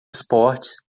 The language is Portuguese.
esportes